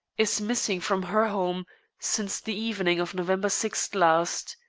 is missing from her home since the evening of november six last.